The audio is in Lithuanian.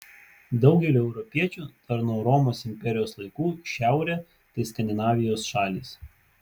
daugeliui europiečių dar nuo romos imperijos laikų šiaurė tai skandinavijos šalys